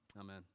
Amen